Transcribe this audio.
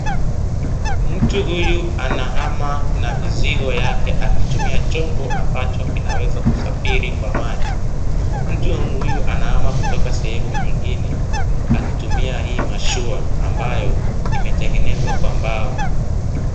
Mtu huyu anakama na mizigo yake akitumia chombo ambacho kinaweza kusafiri kwa maji. Mtu huyu anahama kutoka sehemu nyingine akitumia mashua ambayo imetengenezwa kwa mbao.